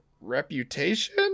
reputation